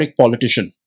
politician